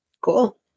cool